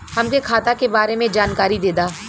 हमके खाता के बारे में जानकारी देदा?